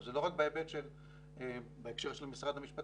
זה לא רק בהקשר של משרד המשפטים,